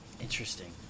Interesting